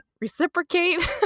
reciprocate